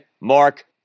Mark